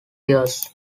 years